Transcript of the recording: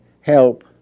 help